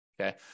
okay